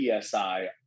PSI